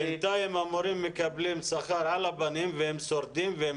בינתיים המורים מקבלים שכר על הפנים והם שורדים והם